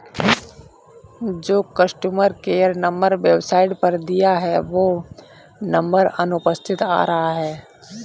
जो customer care number website पर दिया है वो नंबर अनुपलब्ध आ रहा है